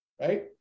right